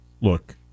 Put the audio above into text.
look